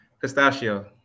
Pistachio